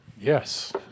Yes